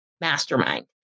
mastermind